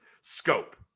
scope